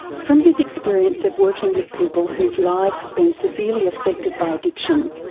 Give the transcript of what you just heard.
from his experience of working with people whose lives have been severely affected by addiction,